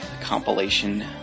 compilation